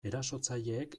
erasotzaileek